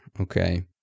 Okay